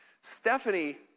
Stephanie